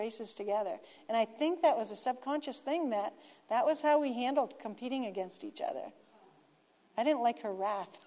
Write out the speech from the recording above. races together and i think that was a subconscious thing that that was how we handled competing against each other i didn't like her wrat